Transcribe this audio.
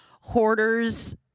hoarders